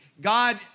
God